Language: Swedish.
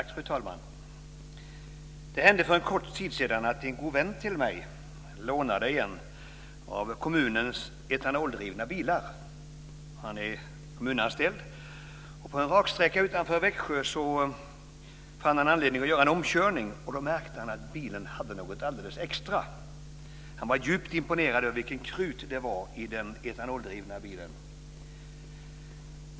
Fru talman! Det hände för en kort tid sedan att en god vän till mig lånade en av kommunens etanoldrivna bilar. Han är kommunanställd. På en raksträcka utanför Växjö gjorde han en omkörning och märkte då att bilen hade något alldeles extra. Han var djupt imponerad över vilket krut det var i den etanoldrivna bilen.